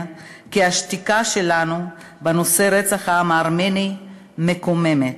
כי השתיקה שלנו בנושא רצח העם הארמני מקוממת.